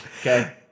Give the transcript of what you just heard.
okay